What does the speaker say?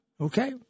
Okay